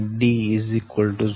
01 m અને d 0